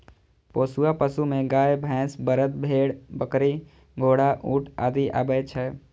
पोसुआ पशु मे गाय, भैंस, बरद, भेड़, बकरी, घोड़ा, ऊंट आदि आबै छै